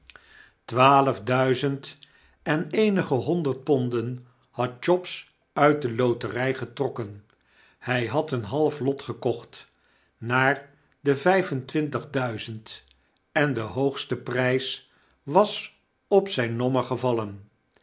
duizend en eenige honderd ponden had chops uit de lotery getrokken hy had een half lot gekocht naar devyf en twintig duizend en de hoogste pry's was op zijn nommer gevallen